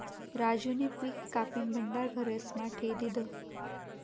राजूनी पिक कापीन भंडार घरेस्मा ठी दिन्हं